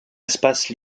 espace